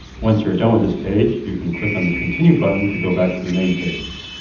once you are done with this page, you can click on the continue button to go back to the main page.